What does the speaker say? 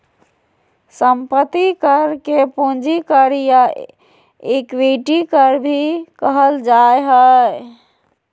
संपत्ति कर के पूंजी कर या इक्विटी कर भी कहल जा हइ